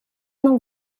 não